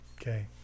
Okay